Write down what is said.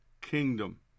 kingdom